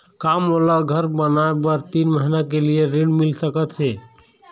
का मोला घर बनाए बर तीन महीना के लिए ऋण मिल सकत हे?